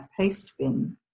Pastebin